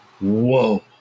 Whoa